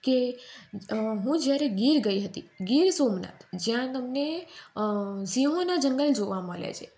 કે હું જ્યારે ગીર ગઈ હતી ગીર ઝોનમાં જ્યાં તમને સિંહોના જંગલો જોવા મળે છે